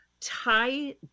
tie